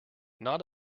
not